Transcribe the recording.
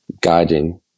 guiding